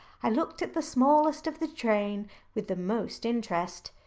i looked at the smallest of the train with the most interest,